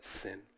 sin